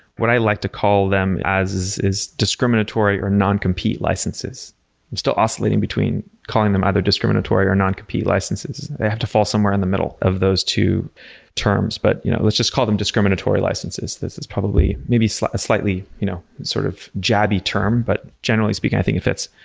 what i like to call them as is discriminatory or non-compete licenses. i'm still oscillating between calling them either discriminatory or non-compete licenses. they have to fall somewhere in the middle of those two terms, but you know let's just call them discriminatory licenses. this is probably maybe a slightly you know sort of jabby term, but generally speaking i think it fits.